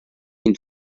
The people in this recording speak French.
une